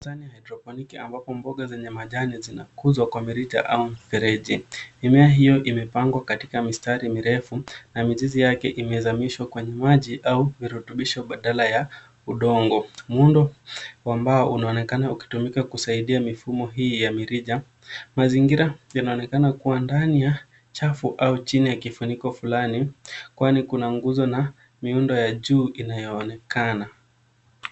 ...ya haedroponiki ambapo mboga za majani zinakuzwa kwa mirija au mfereji. Mimea hiyo imepangwa katika mistari mirefu na mizizi yake imeezamishwa kwa maji au virutubisho badala ya udongo. Muundo wa mbao unaonekana ukitumika kusaidia mimea hii ya mirija. Mazingira yanaonekana kuwa ndani ya chafu au chini ya kufuniko fulani kwani kuna nguzo na miundo ya juu inayoonekana.